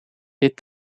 dit